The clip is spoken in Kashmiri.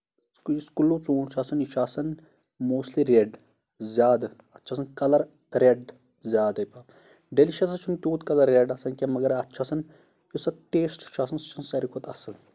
کُلو ژوٗنٛٹھ چھُ آسان یہِ چھُ آسان موسٹلی ریڈ اَتھ چھُ آسان زیادٕ ریڈ یادٕے پَہم ڈیلِشس چھُ نہٕ توٗت کلر ریڈ آسان کِہینۍ کیٚنٛہہ مَگر اَتھ چھُ آسان یُس اَتھ ٹیسٹ چھُ آسان سُہ چھُ آسان ساروی کھۄتہٕ اَصٕل